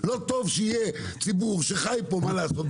לא טוב שיהיה ציבור שחי פה מה לעשות,